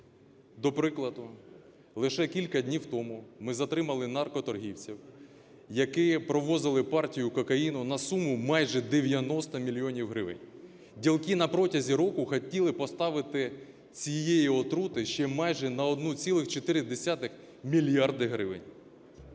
До прикладу, лише кілька днів тому ми затримали наркоторговців, які провозили партію кокаїну на суму майже 90 мільйонів гривень. Ділки на протязі року хотіли поставити цієї отрути ще майже на 1,4 мільярди гривень.